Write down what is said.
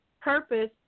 purpose